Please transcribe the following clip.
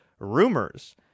rumors